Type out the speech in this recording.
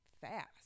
fast